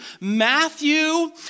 Matthew